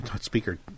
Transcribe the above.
Speaker